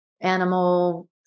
animal